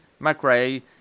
McRae